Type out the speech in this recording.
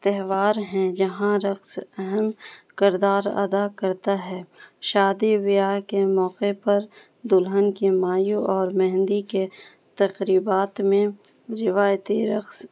تہوار ہیں جہاں رقص اہم کردار ادا کرتا ہے شادی بیاہ کے موقعے پر دلہن کے مایوں اور مہندی کے تقریبات میں روایتی رقص